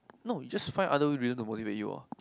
no you just find other people to motivate you lor